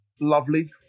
Lovely